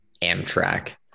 Amtrak